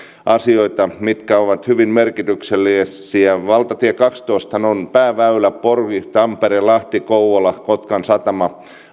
asioita jotka ovat hyvin merkityksellisiä valtatie kaksitoistahan on pääväylä reitillä pori tampere lahti kouvola kotkan satama